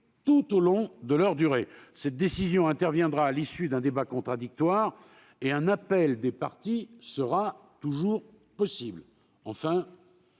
tout au long de leur durée. Cette décision interviendra à l'issue d'un débat contradictoire et un appel des parties sera toujours possible.